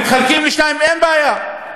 מתחלקת לשניים, אין בעיה.